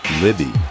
Libby